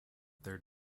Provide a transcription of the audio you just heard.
their